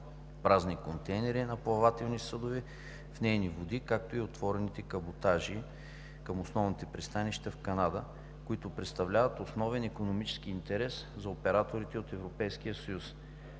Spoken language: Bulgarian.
празни контейнери на плавателни съдове в нейни води, както и отворените каботажи към основните пристанища в Канада, които представляват основен икономически интерес за операторите от Европейския съюз.